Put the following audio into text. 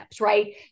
right